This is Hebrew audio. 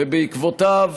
ובעקבותיו